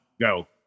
go